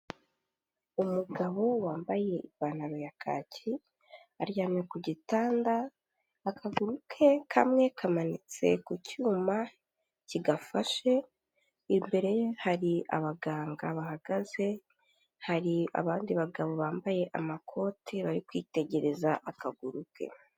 Umugabo wambaye ipantaro ya kaki, aryamye ku gitanda, akaguru ke kamwe kamanitse ku cyuma kigafashe, imbere ye hari abaganga bahagaze, hari abandi bagabo bambaye amakote bari kwitegereza akaguru ke.